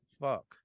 fuck